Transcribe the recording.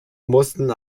mussten